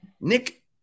Nick